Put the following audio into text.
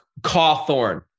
Cawthorn